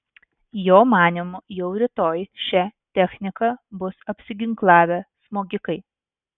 jo manymu jau rytoj šia technika bus apsiginklavę smogikai